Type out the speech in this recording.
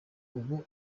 ubu